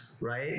right